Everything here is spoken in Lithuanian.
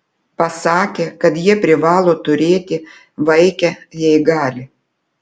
pasakė kad jie privalo turėti vaikę jei gali